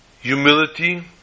humility